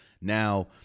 Now